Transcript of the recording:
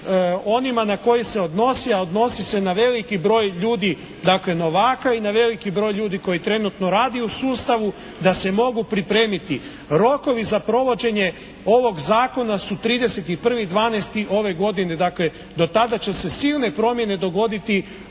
onima na koje se odnosi, a odnosi se na veliki broj ljudi, dakle novaka i na veliki broj ljudi koji trenutno radi u sustavu, da se mogu pripremiti. Rokovi za provođenje ovog zakona su 31.12. ove godine, dakle do tada će se silne promjene dogoditi